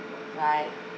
right